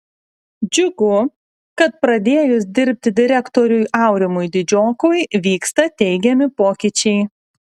džiugu kad pradėjus dirbti direktoriui aurimui didžiokui vyksta teigiami pokyčiai